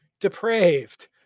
depraved